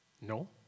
No